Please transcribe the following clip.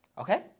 Okay